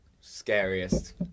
scariest